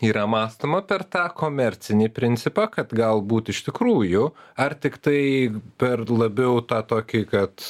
yra mąstoma per tą komercinį principą kad galbūt iš tikrųjų ar tiktai per labiau tą tokį kad